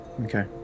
Okay